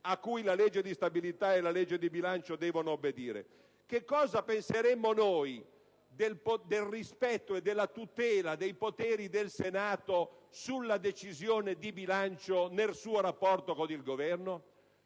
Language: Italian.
a cui la legge di stabilità e la legge di bilancio devono obbedire? Che cosa penseremmo noi del rispetto e della tutela dei poteri del Senato sulla decisione di bilancio nel suo rapporto con il Governo?